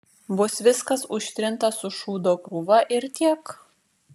bus viskas užtrinta su šūdo krūva ir tiek